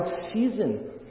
season